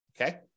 okay